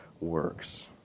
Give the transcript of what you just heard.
works